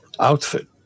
outfit